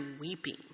weeping